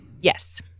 Yes